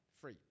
Free